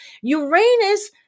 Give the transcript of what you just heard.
Uranus